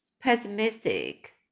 pessimistic